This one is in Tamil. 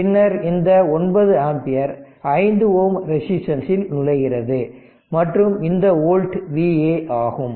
பின்னர் இந்த 9 ஆம்பியர் 5 Ω ரெசிஸ்டன்ஸ்ல் நுழைகிறது மற்றும் இந்த ஓல்ட் Va ஆகும்